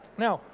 now,